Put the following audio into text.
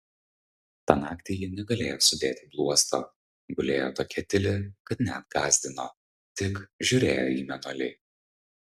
tą naktį ji negalėjo sudėti bluosto gulėjo tokia tyli kad net gąsdino tik žiūrėjo į mėnulį